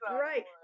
right